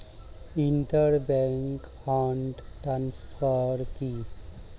Inter bank fund transfer কি?